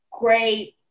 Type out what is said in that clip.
great